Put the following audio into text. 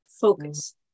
focus